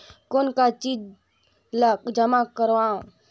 कौन का चीज ला जमा करवाओ?